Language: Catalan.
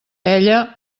ella